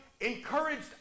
encouraged